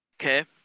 Okay